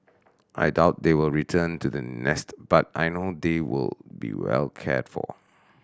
I doubt they will return to the nest but I know they will be well cared for